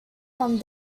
from